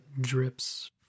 drips